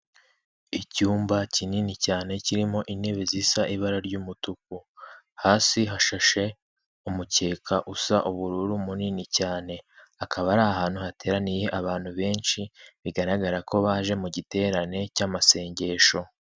Icyumba kinini cyane kirimo intebe zisa ibara ry'umutuku, hasi hashashe umukeka usa ubururu munini cyane, akaba ari ahantu hateraniye abantu benshi, bigaragara ko baje mu giterane cy'amasengesho.